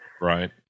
Right